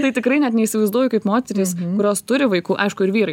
tai tikrai net neįsivaizduoju kaip moterys kurios turi vaikų aišku ir vyrai